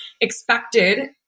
expected